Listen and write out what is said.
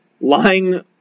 lying